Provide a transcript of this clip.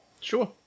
Sure